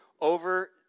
over